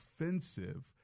offensive